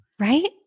Right